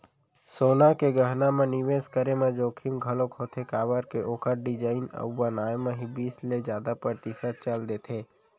सोना के गहना म निवेस करे म जोखिम घलोक होथे काबर के ओखर डिजाइन अउ बनाए म ही बीस ले जादा परतिसत चल देथे